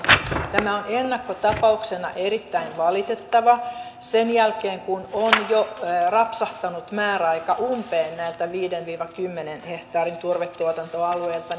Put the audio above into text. tämä on ennakkotapauksena erittäin valitettava että sen jälkeen kun on jo rapsahtanut määräaika umpeen näiltä viiden viiva kymmenen hehtaarin turvetuotantoalueilta